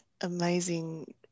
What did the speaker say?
Amazing